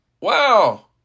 Wow